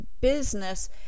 business